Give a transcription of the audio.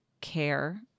Care